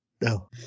no